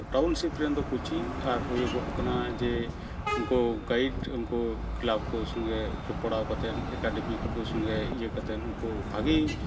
ᱴᱟᱣᱩᱱᱥᱤᱯᱨᱮᱱᱫᱚ coaching ᱟᱨ ᱦᱩᱭᱩᱜᱚᱜ ᱠᱟᱱᱟ ᱡᱮ ᱩᱱᱠᱚ ᱜᱟᱭᱤᱰ ᱩᱱᱠᱚ ᱠᱞᱟᱵᱽ ᱠᱚ ᱥᱚᱸᱜᱮᱡ ᱡᱚᱯᱲᱟᱣ ᱠᱟᱛᱮᱫ ᱮᱠᱟᱰᱮᱢᱤ ᱠᱚ ᱥᱚᱸᱜᱮᱡ ᱤᱭᱟᱹ ᱠᱟᱛᱮᱫ ᱩᱱᱠᱩ ᱵᱷᱟᱜᱮ